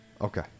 Okay